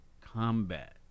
combat